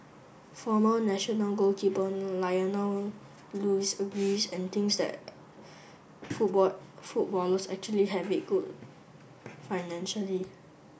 former national goalkeeper Lionel Lewis agrees and thinks that football footballers actually have it good financially